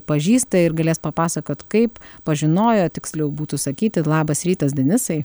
pažįsta ir galės papasakot kaip pažinojo tiksliau būtų sakyti labas rytas denisai